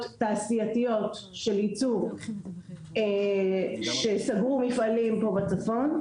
תעשייתיות של ייצור שסגרו מפעלים בצפון.